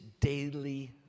daily